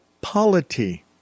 polity